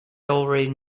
already